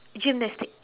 gymnastics